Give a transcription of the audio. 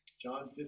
John